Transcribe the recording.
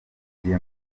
gihe